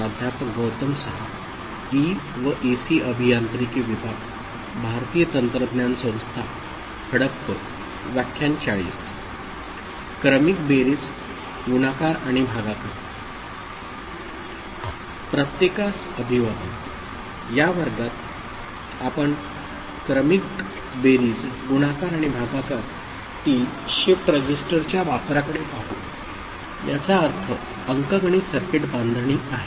प्रत्येकास अभिवादन या वर्गात आपण क्रमिक बेरीज गुणाकार आणि भागाकार तील शिफ्ट रजिस्टरच्या वापराकडे पाहूयाचा अर्थ अंकगणित सर्किट बांधणी आहे